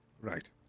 Right